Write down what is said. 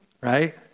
right